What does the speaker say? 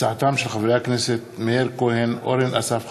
הצעותיהם של חברי הכנסת מאיר כהן, אורן אסף חזן,